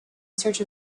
search